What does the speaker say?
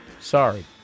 Sorry